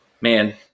man